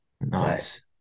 nice